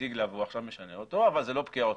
הציג לה ועכשיו הוא משנה אותו אבל זאת לא פקיעה אוטומטית.